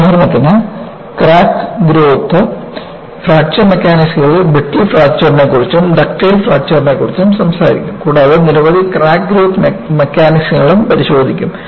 ഉദാഹരണത്തിന് crack growth fracture മെക്കാനിസങ്ങളിൽ brittle ഫ്രാക്ചറിനെക്കുറിച്ചും ഡക്റ്റൈൽ ഫ്രാക്ചറിനെക്കുറിച്ചും സംസാരിക്കും കൂടാതെ നിരവധി ക്രാക്ക് ഗ്രോത്ത് മെക്കാനിസങ്ങളും പരിശോധിക്കും